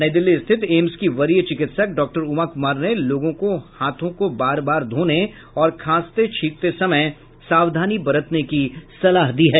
नई दिल्ली स्थित एम्स की वरीय चिकित्सक डाक्टर उमा कुमार ने लोगों को हाथों को बार बार धोने और खांसते छींकते समय सावधानी बरतने की सलाह दी है